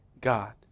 God